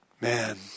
man